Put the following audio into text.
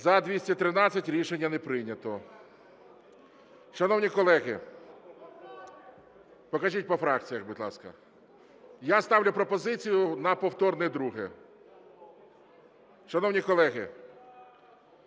За-213 Рішення не прийнято. Шановні колеги… Покажіть по фракціях, будь ласка. Я ставлю пропозицію на повторне друге. Шановні колеги,